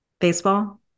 Baseball